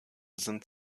sind